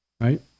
right